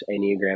Enneagram